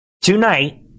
Tonight